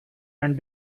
and